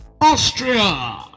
Austria